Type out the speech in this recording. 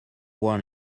one